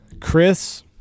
Chris